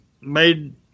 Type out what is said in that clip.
made